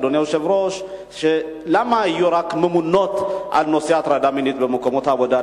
אדוני היושב-ראש: למה יש רק ממונות על נושא הטרדה מינית במקומות עבודה?